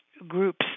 groups